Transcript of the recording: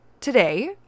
today